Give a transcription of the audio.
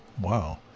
Wow